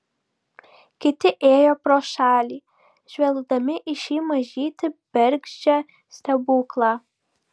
kiti ėjo pro šalį žvelgdami į šį mažytį bergždžią stebuklą